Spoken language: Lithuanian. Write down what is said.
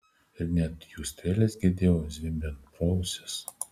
ir net jų strėles girdėjau zvimbiant pro ausis